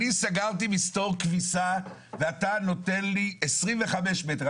אני סגרתי מסתור כביסה ואתה נותן לי 25 מטר.